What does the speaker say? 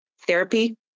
Therapy